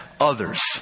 others